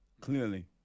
clearly